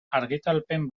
argitalpen